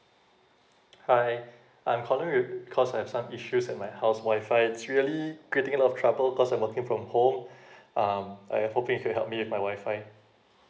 hi I'm calling cause I have some issues at my house WI-FI it's really getting a lot of trouble cause I working from home um I hope you can help me my WI-FI